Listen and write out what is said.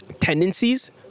tendencies